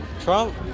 Trump